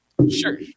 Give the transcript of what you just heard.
sure